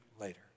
later